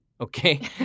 Okay